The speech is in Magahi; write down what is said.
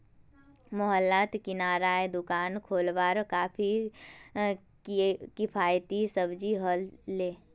मोहल्लात किरानार दुकान खोलवार काफी किफ़ायती साबित ह ले